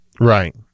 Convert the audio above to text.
Right